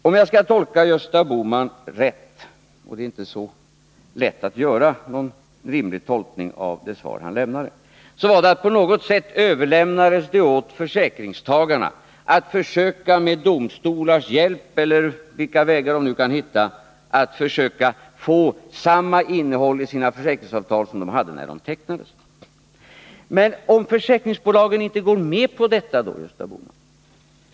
Om jag skall tolka Gösta Bohman rätt — och det är inte så lätt att göra någon rimlig tolkning av det svar han lämnade — så överlämnades det på något sätt åt försäkringstagarna att med domstolars hjälp, eller vilka vägar de nu kan hitta, försöka få samma innehåll i sina försäkringsavtal som dessa hade när de tecknades. Men om försäkringsbolagen inte går med på det, Gösta Bohman?